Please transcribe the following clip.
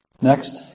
Next